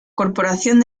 corporación